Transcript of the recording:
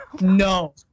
No